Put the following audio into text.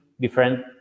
different